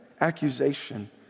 Accusation